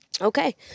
okay